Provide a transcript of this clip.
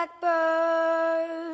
blackbird